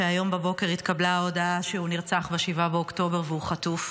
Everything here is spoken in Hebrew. שהיום בבוקר התקבלה ההודעה שהוא נרצח ב-7 באוקטובר והוא חטוף.